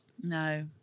No